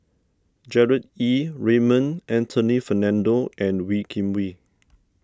Gerard Ee Raymond Anthony Fernando and Wee Kim Wee